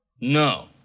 No